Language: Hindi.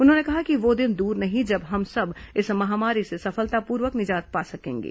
उन्होंने कहा कि वह दिन दूर नहीं जब हम सब इस महामारी से सफलतापूर्वक निजात पा सकेंगे